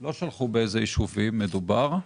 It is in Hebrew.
לא שלחו פירוט באילו ישובים מדובר.